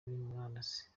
murandasi